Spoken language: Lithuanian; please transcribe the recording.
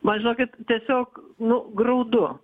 man žinokit tiesiog nu graudu